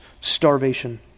starvation